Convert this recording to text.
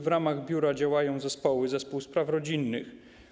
W ramach biura działają zespoły, w tym zespół spraw rodzinnych.